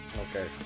okay